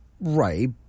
Right